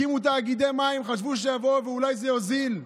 הקימו תאגידי מים, חשבו שאולי זה יוזיל,